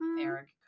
eric